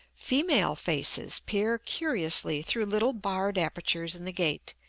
female faces peer curiously through little barred apertures in the gate,